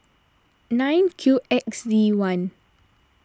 nine Q X D one